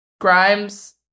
grimes